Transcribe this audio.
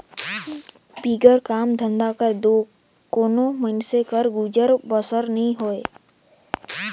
बिगर काम धंधा कर दो कोनो मइनसे कर गुजर बसर नी होए